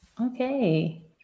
Okay